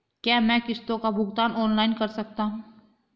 क्या मैं किश्तों का भुगतान ऑनलाइन कर सकता हूँ?